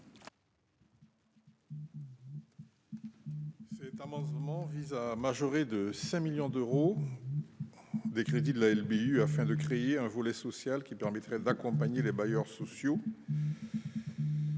Cet amendement vise à majorer de 5 millions d'euros les crédits de la LBU afin de créer un volet social permettant d'accompagner les bailleurs sociaux.